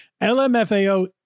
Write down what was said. lmfao